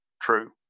true